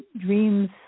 dreams